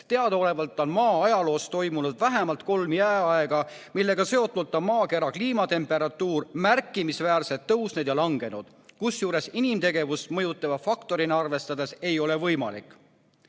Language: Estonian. Teadaolevalt on Maa ajaloos olnud vähemalt kolm jääaega, millega seotult on maakera temperatuur märkimisväärselt tõusnud ja langenud, kusjuures inimtegevust mõjutava faktorina arvestada ei ole võimalik.